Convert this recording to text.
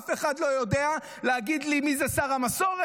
אף אחד לא יודע להגיד לי מי זה שר המסורת,